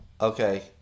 Okay